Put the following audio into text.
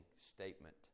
statement